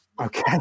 Okay